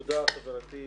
תודה, חברתי,